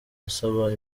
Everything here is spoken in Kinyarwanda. asaba